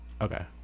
okay